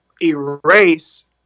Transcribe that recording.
erase